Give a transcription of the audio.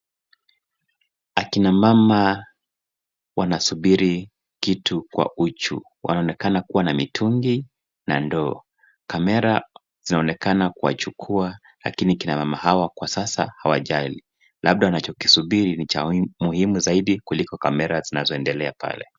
Akina mama wanasubiri kitu kwa uchu. Wanaonekana kuwa na mitungi na ndoo. Kamera zinaonekana kuwachukua lakini kina mama hawa kwa sasa hawajali. Labda wanachokisubiri ni cha muhimu zaidi kuliko kamera zinazoendelea pale.